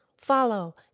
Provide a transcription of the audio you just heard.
Follow